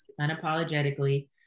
unapologetically